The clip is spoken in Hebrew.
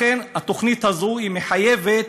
לכן התוכנית הזו היא מחייבת,